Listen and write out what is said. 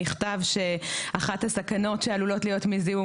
נכתב שאחת הסכנות שעלולות להיות מזיהום